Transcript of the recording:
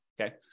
Okay